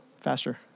faster